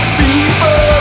people